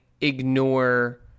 ignore